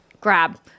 grab